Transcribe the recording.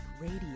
radio